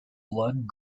blood